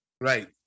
Right